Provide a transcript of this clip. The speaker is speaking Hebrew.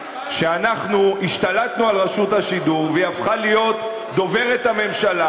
שאנחנו השתלטנו על רשות השידור והיא הפכה להיות דוברת הממשלה,